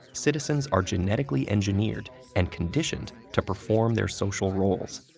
citizens are genetically engineered and conditioned to perform their social roles.